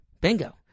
Bingo